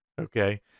Okay